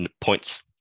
points